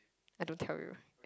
I don't tell you